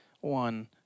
one